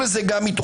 גם את זה